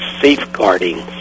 safeguarding